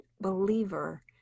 believer